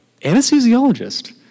Anesthesiologist